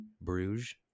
Bruges